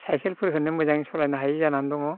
साइखेलफोरखोनो मोजां सालायनो हायै जानानै दङ